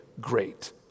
great